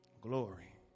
Glory